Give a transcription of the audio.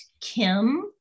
Kim